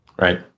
Right